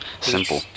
Simple